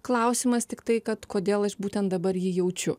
klausimas tiktai kad kodėl būtent dabar jį jaučiu